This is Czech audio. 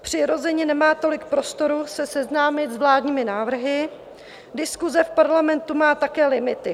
Přirozeně nemá tolik prostoru se seznámit s vládními návrhy, diskuse v Parlamentu má také limity.